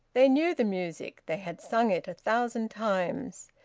they knew the music they had sung it a thousand times.